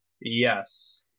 yes